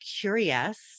curious